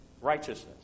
righteousness